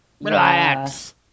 relax